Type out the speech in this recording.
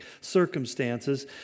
circumstances